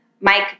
Mike